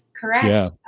correct